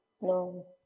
No